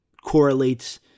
correlates